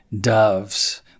doves